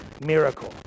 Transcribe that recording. miracle